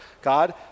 God